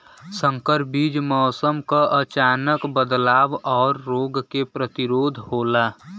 संकर बीज मौसम क अचानक बदलाव और रोग के प्रतिरोधक होला